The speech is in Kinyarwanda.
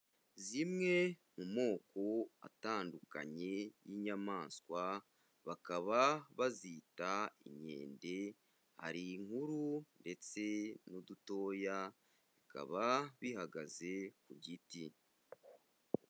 Zimwe mu moko atandukanye y'inyamaswa, bakaba bazita inkende, hari inkuru ndetse n'udutoya, bikaba bihagaze ku giti.